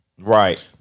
Right